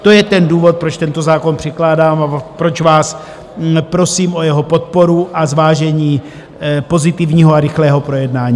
To je ten důvod, proč tento zákon předkládám a proč vás prosím o jeho podporu a zvážení pozitivního a rychlého projednání.